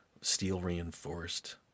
steel-reinforced